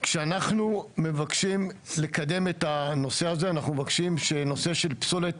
כשאנחנו מבקשים לקדם את הנושא הזה אנחנו מבקשים שנושא של פסולת